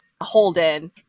Holden